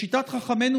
לשיטת חכמינו,